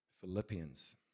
Philippians